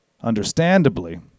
Understandably